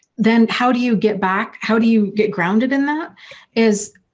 then how do you get back, how do you get grounded in that is,